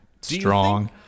strong